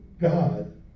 God